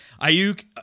Ayuk